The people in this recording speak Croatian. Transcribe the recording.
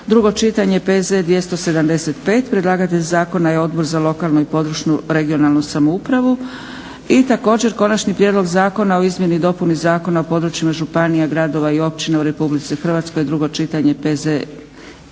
drugo čitanje, PZ br. 275, predlagatelj zakona je Odbor za lokalnu i područnu (regionalnu)samoupravu i 63. Konačni prijedlog zakona o izmjeni i dopuni Zakona o područjima županija, gradova i općina u Republici Hrvatskoj, drugo čitanje, PZ br.